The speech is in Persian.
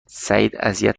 سعیداذیت